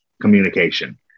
communication